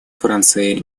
франции